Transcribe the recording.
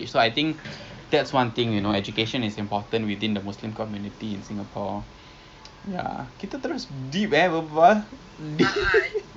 SOCOE will be a good tapi I pun macam tak faham sangat lah how how the SOCOE um investment works but halal kan dia kan so boleh lah eh